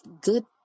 good